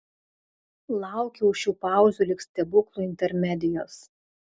laukiau šių pauzių lyg stebuklo intermedijos